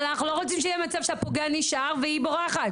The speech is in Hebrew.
אבל אני לא רוצים שיהיה מצב שהפוגע נשאר והיא בורחת.